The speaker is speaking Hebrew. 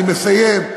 אני מסיים.